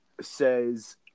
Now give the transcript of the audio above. says